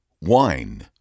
wine